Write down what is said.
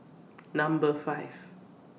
Number five